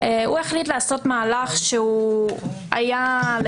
הוא החליט לעשות מהלך שהוא היה לכאורה